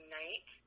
night